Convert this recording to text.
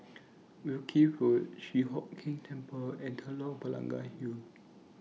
Wilkie Road Chi Hock Keng Temple and Telok Blangah Hill